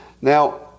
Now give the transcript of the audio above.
Now